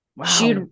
Wow